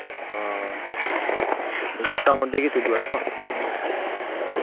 data ᱢᱚᱫᱽᱫᱷᱮ ᱜᱮ ᱛᱩᱫᱚᱜ ᱟᱛᱚ